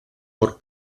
por